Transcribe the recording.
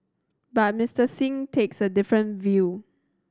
but Mister Singh takes a different view